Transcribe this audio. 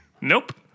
Nope